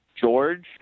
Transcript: George